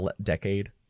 decade